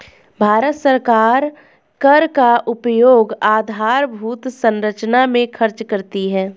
भारत सरकार कर का उपयोग आधारभूत संरचना में खर्च करती है